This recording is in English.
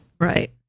Right